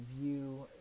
view